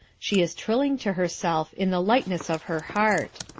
she is trilling to herself in the lightness of her heart.